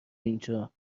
اینجا